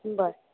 बर